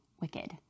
wicked